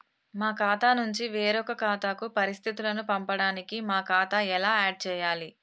మా ఖాతా నుంచి వేరొక ఖాతాకు పరిస్థితులను పంపడానికి మా ఖాతా ఎలా ఆడ్ చేయాలి?